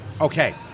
Okay